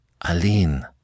Aline